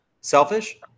selfish